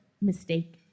mistake